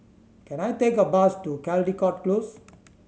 can I take a bus to Caldecott Close